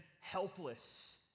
helpless